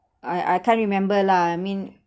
I I can't remember lah I mean